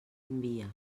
envia